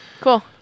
Cool